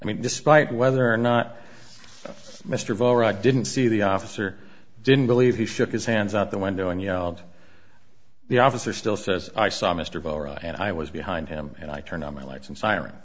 i mean despite whether or not mr voer i didn't see the officer didn't believe he shook his hands out the window and yelled the officer still says i saw mr and i was behind him and i turned on my lights and siren